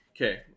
okay